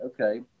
okay